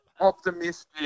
optimistic